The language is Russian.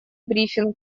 брифинг